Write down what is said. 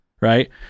right